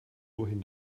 wohin